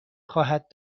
خواهد